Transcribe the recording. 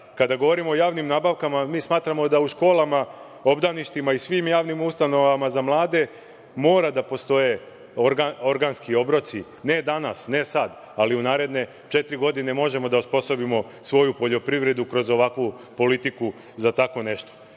govorimo o javnim nabavkama, smatramo da u školama, obdaništima i svim javnim ustanovama za mlade mora da postoje organski obroci. Ne danas, ne sad, ali u naredne četiri godine možemo da osposobimo svoju poljoprivredu kroz ovakvu politiku za tako nešto.